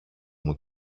μου